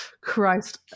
Christ